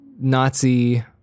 Nazi